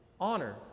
honor